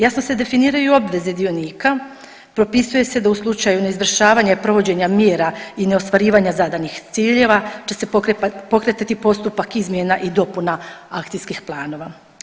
Jasno se definiraju obveze dionika, propisuje se da u slučaju neizvršavanja i provođenja mjera i neostvarivanja zadanih ciljeva će se pokretati postupak izmjena i dopuna akcijskih planova.